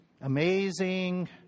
Amazing